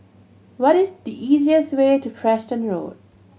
what is the easiest way to Preston Road